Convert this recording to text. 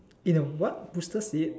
in a what booster seat